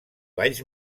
balls